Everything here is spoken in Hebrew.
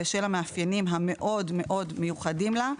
בשל המאפיינים המאוד מאוד מיוחדים לה,